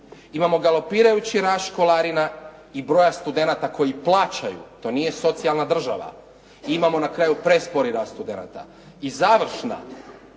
Imamo galopirajući rast školarina i broja studenata koji plaćaju. To nije socijalna država. I imamo na kraju prespori rast studenata. I završna